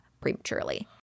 prematurely